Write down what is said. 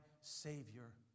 Savior